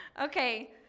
okay